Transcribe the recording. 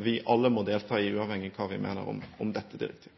vi alle må delta i, uavhengig av hva vi mener om dette direktivet.